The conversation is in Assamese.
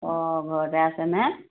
অঁ ঘৰতে আছেনে